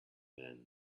man